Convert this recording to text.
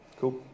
Cool